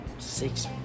Six